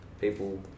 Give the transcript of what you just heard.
people